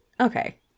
Okay